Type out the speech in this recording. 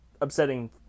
upsetting